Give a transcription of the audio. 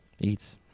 eats